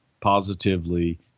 positively